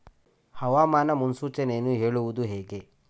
ಹವಾಮಾನ ಮುನ್ಸೂಚನೆಯನ್ನು ಹೇಳುವುದು ಹೇಗೆ?